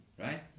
right